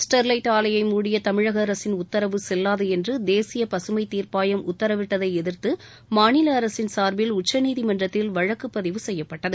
Sterlite ஆலையை மூடிய தமிழக அரசின் உத்தரவு செல்வாது என்று தேசிய பசுமைத் தீர்ப்பாயம் உத்தரவிட்டதை எதிர்த்து மாநில அரசின் சார்பில் உச்சநீதிமன்றத்தில் வழக்கு பதிவு செய்யப்பட்டிருந்தது